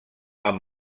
amb